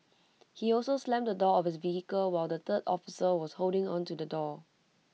he also slammed the door of his vehicle while the third officer was holding onto the door